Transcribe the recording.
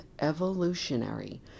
evolutionary